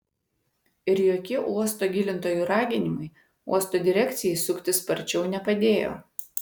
ir jokie uosto gilintojų raginimai uosto direkcijai suktis sparčiau nepadėjo